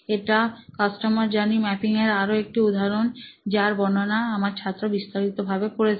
এটি customer journey mapping এর আরো একটি উদাহরণ যার বর্ণনা আমার ছাত্র বিস্তারিত ভাবে করেছে